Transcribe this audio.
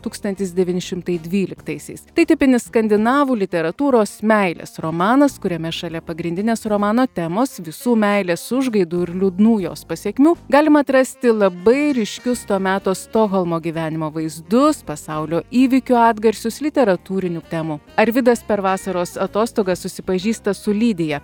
tūkstantis devyni šimtai dvyliktaisiais tai tipinis skandinavų literatūros meilės romanas kuriame šalia pagrindinės romano temos visų meilės užgaidų ir liūdnų jos pasekmių galima atrasti labai ryškius to meto stokholmo gyvenimo vaizdus pasaulio įvykių atgarsius literatūrinių temų arvydas per vasaros atostogas susipažįsta su lydija